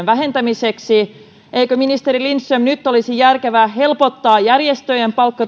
vähentämiseksi eikö ministeri lindström nyt olisi järkevää helpottaa järjestöjen palkka